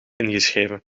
ingeschreven